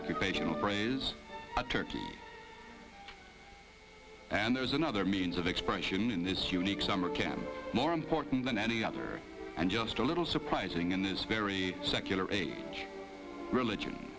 occupational phrase a turkey and there's another means of expression in this unique summer camp more important than any other and just a little surprising in this very secular religion